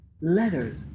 letters